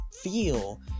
feel